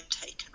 taken